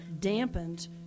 dampened